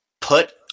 put